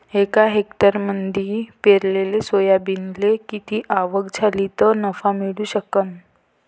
एका हेक्टरमंदी पेरलेल्या सोयाबीनले किती आवक झाली तं नफा मिळू शकन?